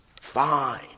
Fine